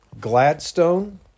Gladstone